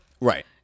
Right